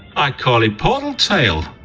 i call it portal tale!